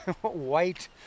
white